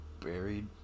Buried